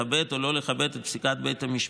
לכבד או לא לכבד את פסיקת בית המשפט,